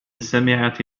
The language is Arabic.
سمعت